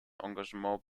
engagement